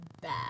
bad